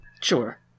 Sure